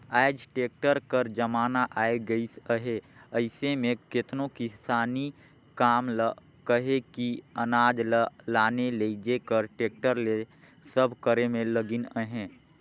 आएज टेक्टर कर जमाना आए गइस अहे अइसे में केतनो किसानी काम ल कहे कि अनाज ल लाने लेइजे कर टेक्टर ले सब करे में लगिन अहें